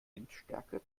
windstärke